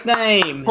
name